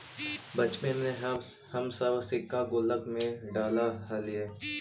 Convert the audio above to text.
बचपन में हम सब सिक्का गुल्लक में डालऽ हलीअइ